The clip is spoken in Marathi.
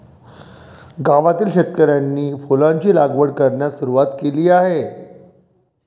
गावातील शेतकऱ्यांनी फुलांची लागवड करण्यास सुरवात केली आहे